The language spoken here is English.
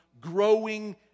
growing